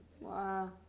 Wow